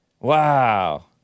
wow